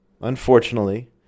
unfortunately